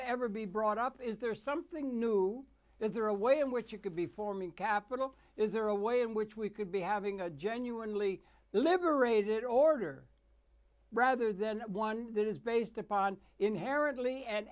to ever be brought up is there something new there a way in which you could be forming capital is there a way in which we could be having a genuinely liberated order rather than one that is based upon inherently and